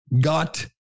got